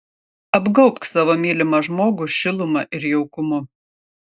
apgaubk savo mylimą žmogų šiluma ir jaukumu